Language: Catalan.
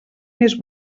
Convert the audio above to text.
més